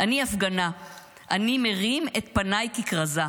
אני הפגנה / אני מרים / את פניי ככרזה.